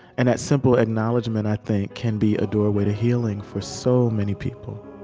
and that simple acknowledgement, i think, can be a doorway to healing, for so many people